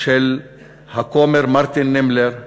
של הכומר מרטין נימלר,